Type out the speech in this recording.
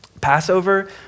Passover